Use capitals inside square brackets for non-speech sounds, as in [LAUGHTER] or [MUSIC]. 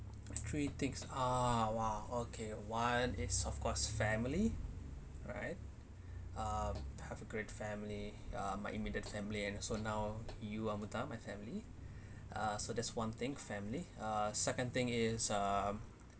three takes ah !wah! okay one is of course family right uh have a great family uh my immediate family and so now you amutha my family [BREATH] uh so that's one thing family uh second thing is um